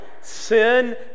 sin